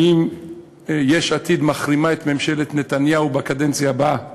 האם יש עתיד מחרימה את ממשלת נתניהו בקדנציה הבאה,